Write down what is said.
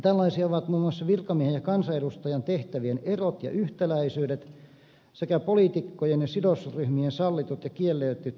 tällaisia ovat muun muassa virkamiehen ja kansanedustajan tehtävien erot ja yhtäläisyydet sekä poliitikkojen ja sidosryhmien sallitut ja kielletyt yhteydenpitomuodot